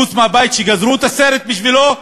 חוץ מהבית שגזרו את הסרט בשבילו,